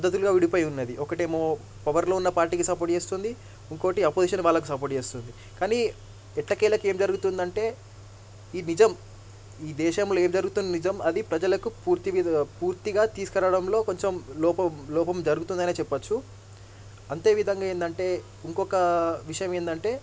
పద్ధతులుగా విడిపోయి ఉన్నది ఒకటేమో పవర్లో ఉన్న పార్టీకి సపోర్ట్ చేస్తుంది ఇంకోటి అపోజిషన్ వాళ్ళకి సపోర్ట్ చేస్తుంది కానీ ఎట్టకేలకి ఏం జరుగుతుందంటే ఈ నిజం ఈ దేశంలో ఏం జరుగుతుందని నిజం అది ప్రజలకు పూర్తిగా పూర్తిగా తీసుకురావడంలో కొంచెం లోపం లోపం జరుగుతుందని చెప్పచ్చు అంతే విధంగా ఏంటంటే ఇంకొక విషయం ఏందంటే